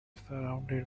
surrounded